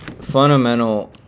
fundamental